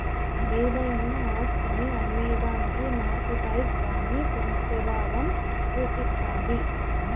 ఏదైనా ఆస్తిని అమ్మేదానికి మార్కెట్పై దాని పెబావం సూపిస్తాది